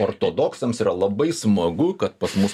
ortodoksams yra labai smagu kad pas mus